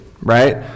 right